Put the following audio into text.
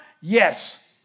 Yes